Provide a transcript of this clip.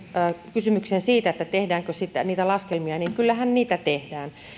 kysymykseen siitä tehdäänkö niitä laskelmia kyllähän niitä tehdään